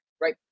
right